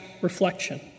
reflection